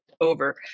over